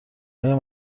آیا